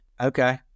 Okay